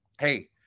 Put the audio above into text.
Hey